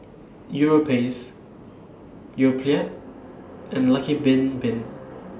Europace Yoplait and Lucky Bin Bin